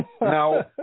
Now